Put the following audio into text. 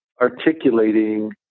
articulating